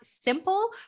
simple